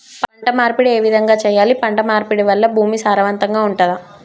పంట మార్పిడి ఏ విధంగా చెయ్యాలి? పంట మార్పిడి వల్ల భూమి సారవంతంగా ఉంటదా?